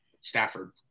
stafford